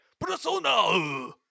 persona